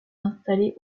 installé